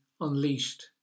unleashed